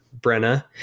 Brenna